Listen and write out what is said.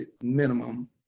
minimum